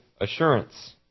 assurance